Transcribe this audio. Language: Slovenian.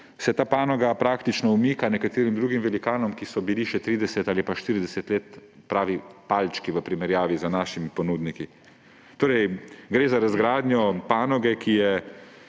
se ta panoga praktično umika nekaterim drugim velikanom, ki so bili še 30 ali 40 let pravi palčki v primerjavi z našimi ponudniki. Torej gre za razgradnjo panoge, ki je